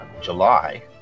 July